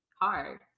hard